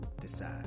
decide